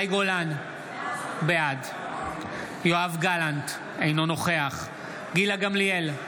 מאי גולן, בעד יואב גלנט, אינו נוכח גילה גמליאל,